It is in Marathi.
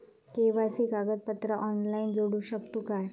के.वाय.सी कागदपत्रा ऑनलाइन जोडू शकतू का?